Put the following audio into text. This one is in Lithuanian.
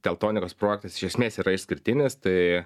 teltonikos projektas iš esmės yra išskirtinis tai